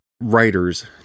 writers